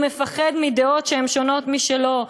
הוא מפחד מדעות שהן שונות משלו.